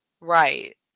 Right